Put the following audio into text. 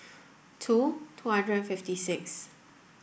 two two hundred and fifty six